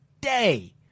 day